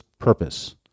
purpose